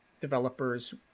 developers